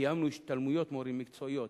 קיימנו השתלמויות מורים מקצועיות,